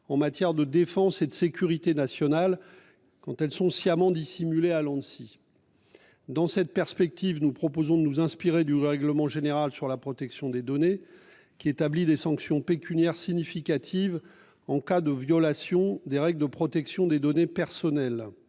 en matière de défense et de sécurité nationale sont sciemment dissimulées à l'Anssi. Dans cette perspective, nous proposons de nous inspirer du règlement général sur la protection des données (RGPD), qui établit des sanctions pécuniaires significatives en cas de violation des règles de protection des données personnelles.